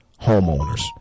homeowners